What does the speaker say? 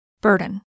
Burden